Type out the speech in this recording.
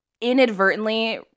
inadvertently